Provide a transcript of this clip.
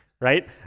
right